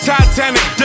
Titanic